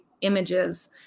images